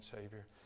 Savior